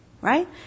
Right